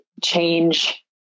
change